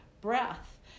breath